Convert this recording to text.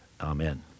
Amen